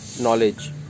knowledge